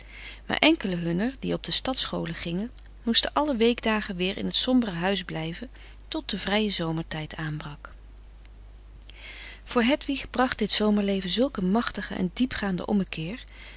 maar enkelen hunner die op de stadsscholen gingen moesten alle weekdagen weer in het sombere huis blijven tot de vrije zomertijd aanbrak voor hedwig bracht dit zomerleven zulk een machtige en diepgaande ommekeer